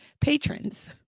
patrons